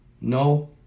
no